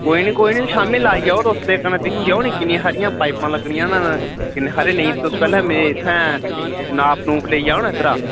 कोई निं कोई निं शामीं लै आई जाओ तुस ते कन्नै दिक्खी जाओ निं किन्नी हारियां पाइपां लग्गनियां न किन्ने हारे नेईं तुस पैह्लें में इत्थै नाप नूप लेई जाओ ना इद्धरा